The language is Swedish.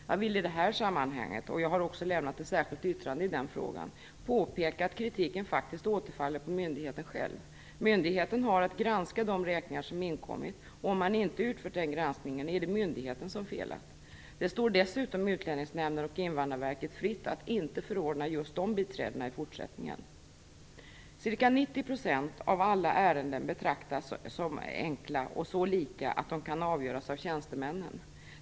Jag vill i det här sammanhanget - och jag har också avgett ett särskilt yttrande i den frågan - påpeka att kritiken faktiskt återfaller på myndigheten själv. Myndigheten har att granska de räkningar som inkommit och om man inte utfört den granskningen är det myndigheten som felat. Det står dessutom Utlänningsnämnden och Invandrarverket fritt att inte förordna just de biträdena i fortsättningen. Ca 90 % av alla ärenden betraktas som enkla och så lika att de kan avgöras av tjänstemännen.